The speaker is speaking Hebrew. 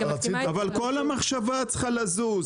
אבל כל המחשבה צריכה לזוז.